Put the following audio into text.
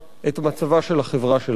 את מצבה של החברה שלנו.